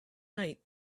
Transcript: night